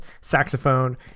saxophone